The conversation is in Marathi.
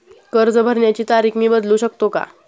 कर्ज भरण्याची तारीख मी बदलू शकतो का?